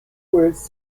words